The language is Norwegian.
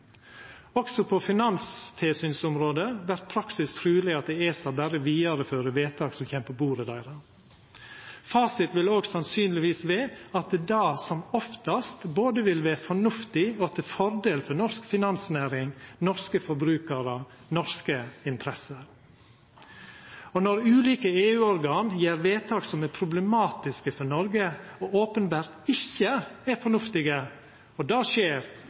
Også på finanstilsynsområdet vert praksis truleg at ESA berre vidarefører vedtak som kjem på bordet deira. Fasit vil òg sannsynlegvis vera at det som oftast vil vera både fornuftig og til fordel for norsk finansnæring, norske forbrukarar og norske interesser. Når ulike EU-organ gjer vedtak som er problematiske for Noreg og openbert ikkje fornuftige – og det skjer